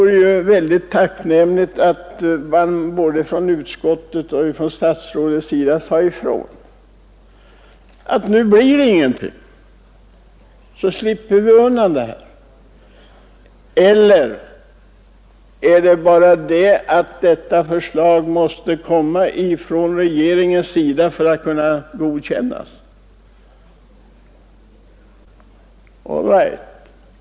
Det skulle vara tacknämligt om både utskottet och statsrådet sade ifrån att det inte blir något reslutat i denna fråga, så skulle vi slippa denna diskussion. Eller är det så att detta förslag måste komma från regeringen för att kunna godkännas?